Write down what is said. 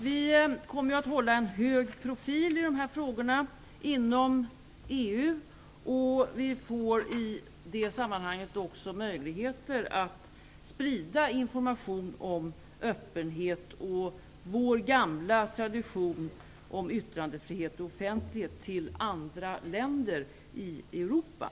Vi kommer att hålla en hög profil i dessa frågor inom EU. Vi får i det sammanhanget också möjligheter att sprida information om öppenhet och vår gamla tradition om yttrandefrihet och offentlighet till andra länder i Europa.